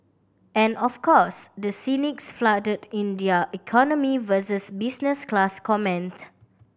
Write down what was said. and of course the cynics flooded in their economy vs business class comment